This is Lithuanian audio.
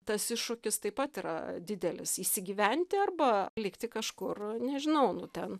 tas iššūkis taip pat yra didelis įsigyventi arba likti kažkur nežinau nu ten